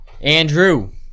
andrew